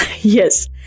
Yes